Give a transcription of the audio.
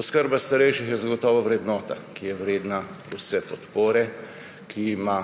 Oskrba starejših je zagotovo vrednota, ki je vredna vse podpore, ki ima